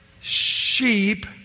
sheep